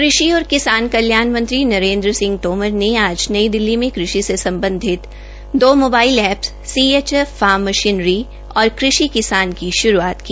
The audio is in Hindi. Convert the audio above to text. कृषि और किसान कल्याण मंत्री नरेन्द्र सिंह तोमर ने आज नई दिल्ली में कृषि से सम्बधित दो mobile apps CHC farm machinery और कृषि किसान की शुरूआत की